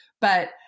But-